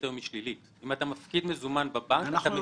היום היא שלילית - אם אתה מפקיד מזומן בבנק אתה משלם.